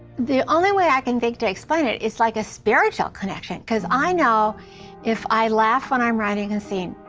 the only way i can think to explain it, it's like a spiritual connection. because i know if i laugh when i'm writing a scene,